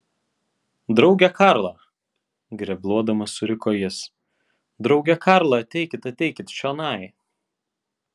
drauge karla grebluodamas suriko jis drauge karla ateikit ateikit čionai